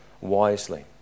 wisely